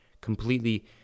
completely